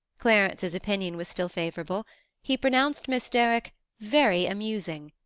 clarence's opinion was still favourable he pronounced miss derrick very amusing,